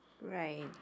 Right